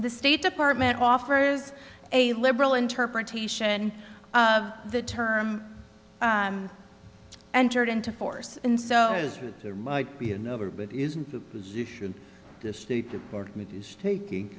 the state department offers a liberal interpretation of the term entered into force and so it is with there might be another but isn't the position the state department is taking